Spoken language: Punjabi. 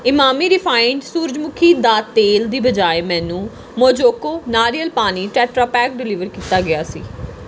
ਇਮਾਮੀ ਰਿਫਾਇੰਡ ਸੂਰਜਮੁਖੀ ਦਾ ਤੇਲ ਦੀ ਬਜਾਏ ਮੈਨੂੰ ਮੋਜੋਕੋ ਨਾਰੀਅਲ ਪਾਣੀ ਟੈਟਰਾਪੈਕ ਡਿਲੀਵਰ ਕੀਤਾ ਗਿਆ ਸੀ